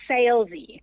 salesy